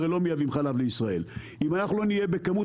הרי לא מייבאים חלב לישראל ואם אנחנו לא נהיה בכמות